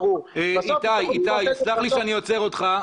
סלח לי שאני עוצר אותך.